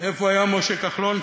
איפה היה משה כחלון,